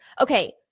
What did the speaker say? Okay